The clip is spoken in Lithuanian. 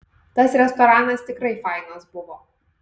tas restoranas tikrai fainas buvo